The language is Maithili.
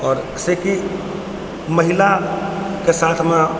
आओर छै कि महिला के साथमे